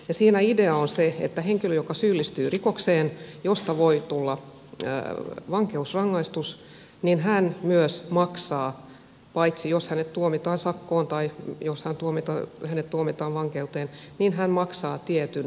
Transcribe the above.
siinä idea on se että henkilö joka syyllistyy rikokseen josta voi tulla vankeusrangaistus myös maksaa paitsi jos hänet tuomitaan sakkoon tai jos hänet tuomitaan vankeuteen tietyn maksun